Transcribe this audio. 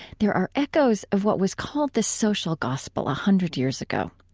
there are echoes of what was called the social gospel a hundred years ago.